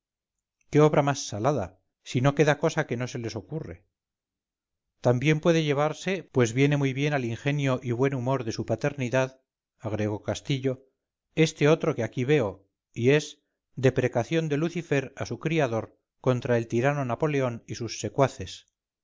qué obra más salada si no queda cosa que no se les ocurre también puede llevarse pues viene muy bien al ingenio y buen humor de su paternidad agregó castillo este otro que aquí veo y es deprecación de lucifer a su criador contra el tirano napoleón y sus secuaces